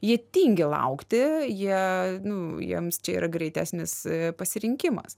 jie tingi laukti jie nu jiems čia yra greitesnis pasirinkimas